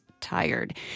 tired